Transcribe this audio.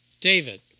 David